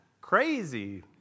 crazy